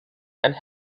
and